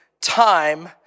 time